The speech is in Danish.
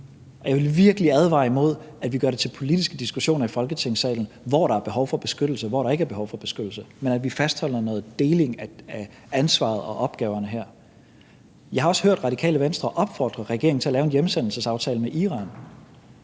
virkelig advare imod, at vi gør det til politiske diskussioner i Folketingssalen, hvor der er behov for beskyttelse, og hvor der ikke er behov for beskyttelse, men at vi fastholder noget deling af ansvaret for opgaverne her. Jeg har også hørt Radikale Venstre opfordre regeringen til at lave en hjemsendelsesaftale med Iran.